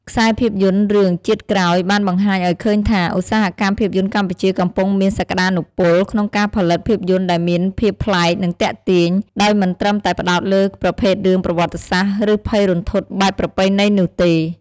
ខ្សែភាពយន្តរឿង «ជាតិក្រោយ» បានបង្ហាញឲ្យឃើញថា ឧស្សាហកម្មភាពយន្តកម្ពុជាកំពុងមានសក្ដានុពលក្នុងការផលិតភាពយន្តដែលមានភាពប្លែក និងទាក់ទាញ ដោយមិនត្រឹមតែផ្ដោតលើប្រភេទរឿងប្រវត្តិសាស្ត្រ ឬភ័យរន្ធត់បែបប្រពៃណីនោះទេ។